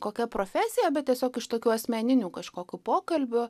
kokia profesija bet tiesiog iš tokių asmeninių kažkokių pokalbių